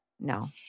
no